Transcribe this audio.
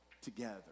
together